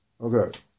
Okay